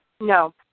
No